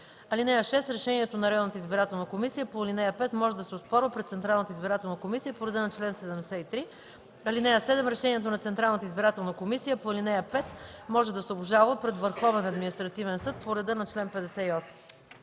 избирателна комисия по ал. 5 може да се оспорва пред Централната избирателна комисия по реда на чл. 73. (7) Решението на Централната избирателна комисия по ал. 5 може да се обжалва пред Върховен административен съд по реда на чл. 58.”